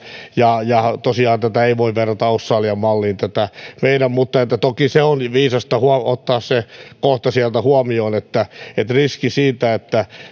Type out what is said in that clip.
ja ja tosiaan tätä meidän malliamme ei voi verrata australian malliin mutta toki se kohta on viisasta ottaa sieltä huomioon riski siitä että